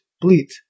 bleat